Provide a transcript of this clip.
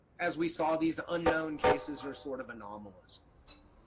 as we saw these unknown cases are sort of anomalous.